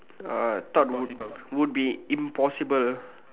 uh thought would would be impossible